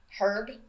Herb